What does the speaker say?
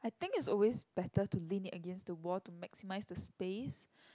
I think it's always better to lean it against the wall to maximise the space